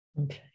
Okay